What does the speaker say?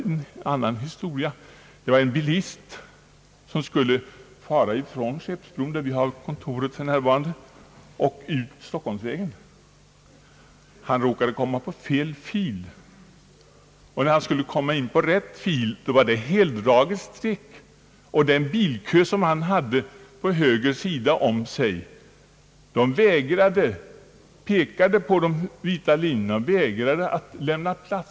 En annan historia handlar om en bilist, som skuile fara från Skeppsbron, där jag har mitt kontor, över Stockholmsvägen. Han råkade komma in i fel fil, och när han skulle svänga över till rätt fil, var där heldraget streck och förarna i den bilkö som han hade på höger sida om sig, pekade på de vita linjerna och vägrade att lämna plats.